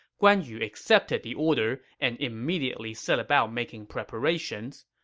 guan yu accepted the order and immediately set about making preparations.